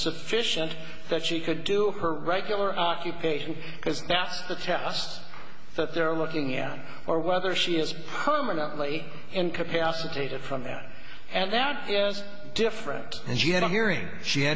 sufficient that she could do her regular occupation because that's the test that they're looking at or whether she is permanently incapacitated from there and that is different and she had a hearing she